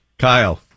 Kyle